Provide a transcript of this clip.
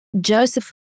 Joseph